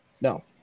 No